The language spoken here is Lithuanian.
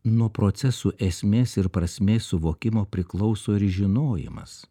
nuo procesų esmės ir prasmės suvokimo priklauso ir žinojimas